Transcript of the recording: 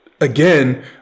Again